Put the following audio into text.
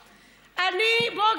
בוא,